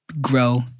grow